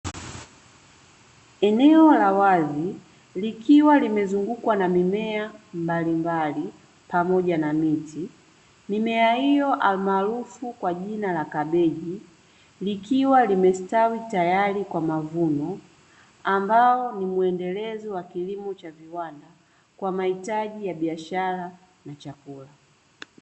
Eneo la wazi likiwa limezungukwa na mimea mbalimbali, pamoja na miti. Mimea hiyo alimaarufu kwa jina la kabeji likiwa limestawi tayari kwa mavuno, ambao ni muendelezo wa kilimo cha viwanda kwa mahitaji ya biashara na chakula.